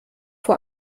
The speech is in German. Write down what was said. vor